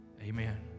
Amen